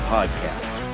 Podcast